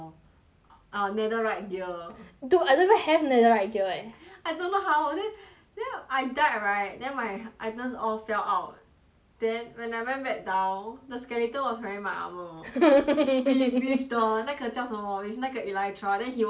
uh netherite gear dude I don't even have netherite gear eh I don't how then then I died right then my items all fell out then when I went back down the skeleton was wearing my armour wi~ with the 那个叫什么 with 那个 elytra then he was holding my sword